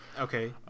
okay